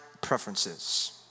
preferences